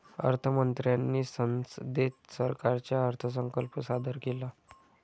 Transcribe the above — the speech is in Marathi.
अर्थ मंत्र्यांनी संसदेत सरकारचा अर्थसंकल्प सादर केला